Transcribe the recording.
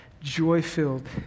joy-filled